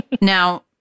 now